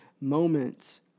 moments